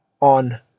on